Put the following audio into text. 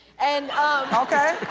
and okay.